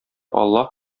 аллаһ